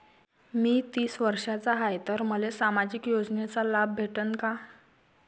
मी तीस वर्षाचा हाय तर मले सामाजिक योजनेचा लाभ भेटन का?